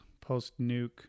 post-Nuke